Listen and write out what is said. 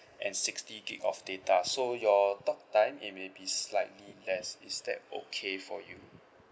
and sixty gig of data so your talk time it may be slightly less is that okay for you